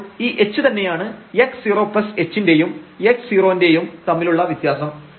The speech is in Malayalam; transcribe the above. അപ്പോൾ ഈ h തന്നെയാണ് x0h ന്റെയും x0 ന്റെയും തമ്മിലുള്ള വ്യത്യാസം